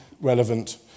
relevant